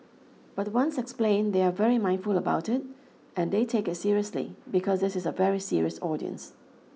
but once explained they are very mindful about it and they take it seriously because this is a very serious audience